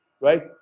right